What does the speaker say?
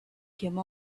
came